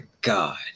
God